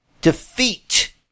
defeat